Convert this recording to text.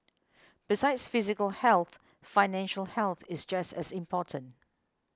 besides physical health financial health is just as important